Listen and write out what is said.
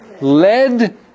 led